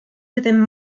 within